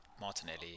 Martinelli